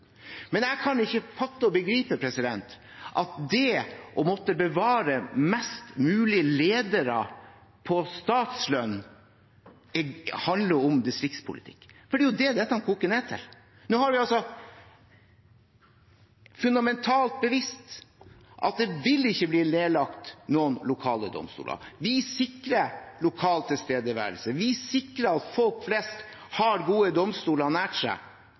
men jeg kan ikke fatte og begripe at det å bevare flest mulig ledere på statslønn handler om distriktspolitikk. For det er jo det dette koker ned til. Nå har vi fundamentalt bevist at det ikke vil bli nedlagt noen lokale domstoler. Vi sikrer lokal tilstedeværelse. Vi sikrer at folk flest har gode domstoler nær seg,